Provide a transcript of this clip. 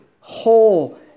whole